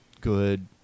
good